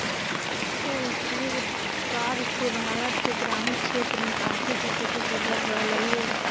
poultry उत्पाद से भारत के ग्रामीण क्षेत्र में आर्थिक स्थिति सुधर रहलई हे